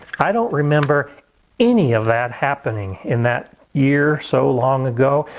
i don't remember any of that happening in that year so long ago.